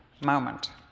moment